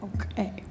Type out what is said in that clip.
Okay